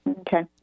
okay